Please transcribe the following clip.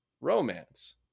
Romance